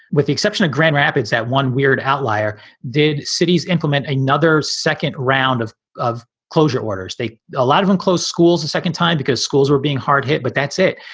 with the exception of grand rapids, that one weird outlier did cities implement another second round of of closure orders. a ah lot of and close schools a second time because schools were being hard hit. but that's it.